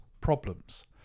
problems